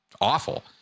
awful